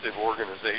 organizations